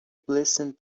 blessing